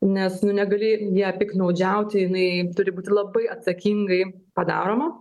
nes nu negali ja piktnaudžiauti jinai turi būti labai atsakingai padaroma